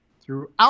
throughout